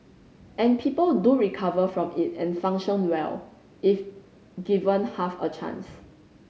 and people do recover from it and function well if given half a chance